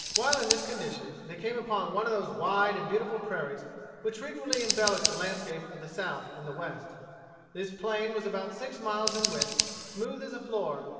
while in this condition they came upon one of those wide and beautiful prairies which frequently embellish the landscape of the south and the west this plain was about six miles in width, smooth as a floor,